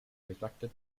retracted